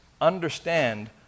understand